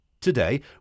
Today